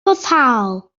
foddhaol